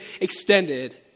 extended